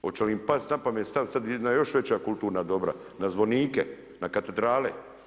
Hoće li im past na pamet stavit sad na još veća kulturna dobra, na zvonike, na katedrale?